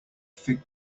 fig